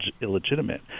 illegitimate